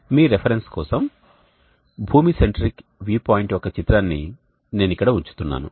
మీ reference కోసం భూమి centric view point యొక్క చిత్రాన్ని నేను ఇక్కడ ఉంచుతున్నాను